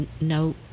no